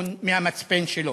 מהמצפן שלו.